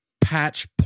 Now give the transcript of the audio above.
patch